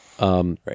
right